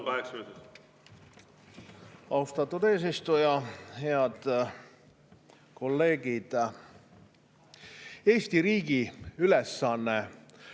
Austatud eesistuja! Head kolleegid! Eesti riigi ülesanne